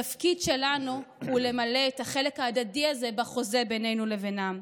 התפקיד שלנו הוא למלא את החלק ההדדי הזה בחוזה בינינו לבינם.